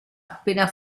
appena